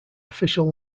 official